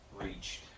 reached